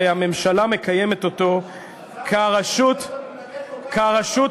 והממשלה מקיימת אותו כרשות המבצעת,